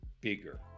bigger